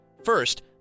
First